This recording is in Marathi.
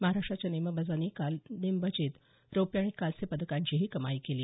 महाराष्ट्राच्या नेमबाजांनी काल नेमबाजीत रौप्य आणि कांस्य पदकाचीही कमाई केली